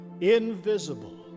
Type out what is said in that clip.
invisible